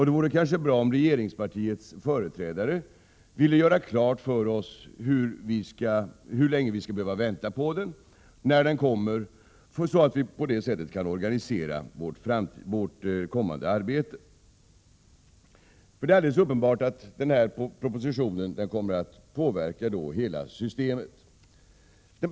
Det vore därför bra om regeringspartiets företrädare ville göra klart för oss hur länge vi skall behöva vänta på en sådan proposition, så att vi på det sättet kan organisera vårt kommande arbete. Det är nämligen alldeles uppenbart att propositionen kommer att påverka hela systemet.